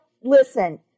listen